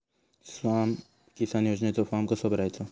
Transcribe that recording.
स्माम किसान योजनेचो फॉर्म कसो भरायचो?